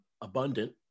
abundant